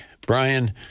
Brian